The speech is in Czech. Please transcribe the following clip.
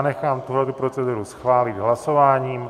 Nechám tuto proceduru schválit hlasováním.